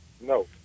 No